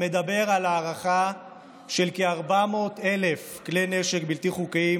המדבר על הערכה של כ-400,000 כלי נשק בלתי חוקיים